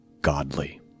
godly